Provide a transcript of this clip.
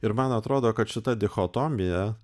ir man atrodo kad šita dichotomija